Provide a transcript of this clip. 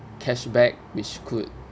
cashback which could